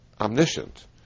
omniscient